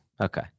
Okay